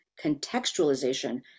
contextualization